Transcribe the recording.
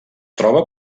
troba